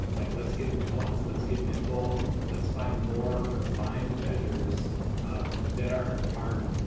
like let's get nuanced. let's get nimble. let's find more refined measures that are are